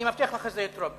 אני מבטיח לך שזה יתרום.